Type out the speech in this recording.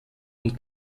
und